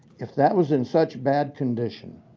if that was in such bad condition,